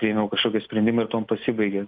priėmiau kašokį sprendimą ir tuom pasibaigė